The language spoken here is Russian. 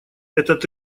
этот